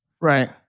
Right